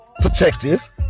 Protective